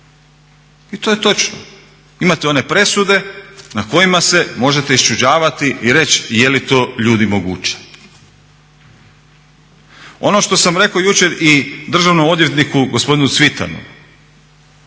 I to je točno. Imate one presude na kojima se možete iščuđavati i reći jeli to ljudi moguće? Ono što sam rekao jučer i državnom odvjetniku gospodinu Cvitanu